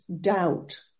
doubt